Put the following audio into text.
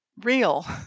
real